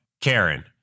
Karen